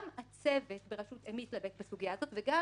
גם הצוות בראשות אמי פלמור התלבט בסוגיה הזאת וגם